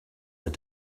this